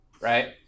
right